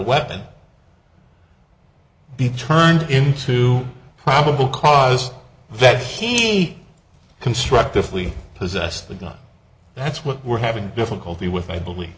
weapon be turned into a probable cause that he construct if we possessed the gun that's what we're having difficulty with i believe